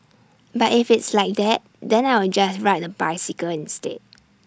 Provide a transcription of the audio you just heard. but if it's like that then I will just ride the bicycle instead